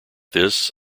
this